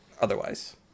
otherwise